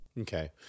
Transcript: Okay